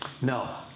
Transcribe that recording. No